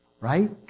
right